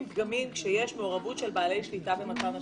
פגמים כשיש מעורבות של בעלי שליטה במתן אשראי.